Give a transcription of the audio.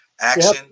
action